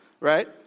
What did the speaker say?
right